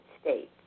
States